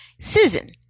Susan